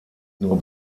nur